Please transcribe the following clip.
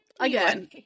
again